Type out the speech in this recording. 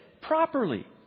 properly